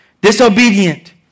Disobedient